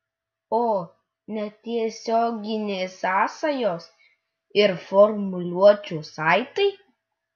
o netiesioginės sąsajos ir formuluočių saitai